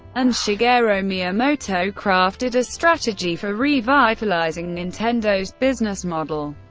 and shigeru miyamoto crafted a strategy for revitalizing nintendo's business model,